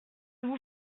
vous